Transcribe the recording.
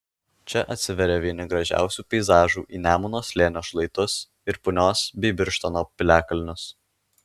čia atsiveria vieni gražiausių peizažų į nemuno slėnio šlaitus ir punios bei birštono piliakalnius